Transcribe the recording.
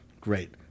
great